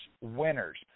winners